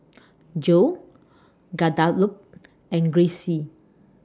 Jo Guadalupe and Grayce